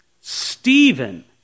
Stephen